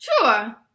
Sure